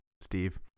Steve